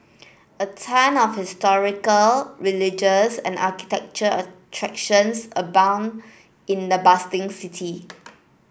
a ton of historical religious and architectural attractions abound in the bustling city